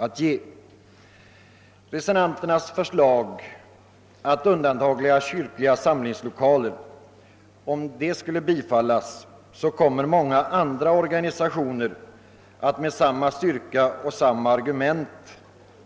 Och om reservanternas förslag att kyrkliga samlingslokaler skall undantas skulle bifallas, skulle många andra organisationer med samma styrka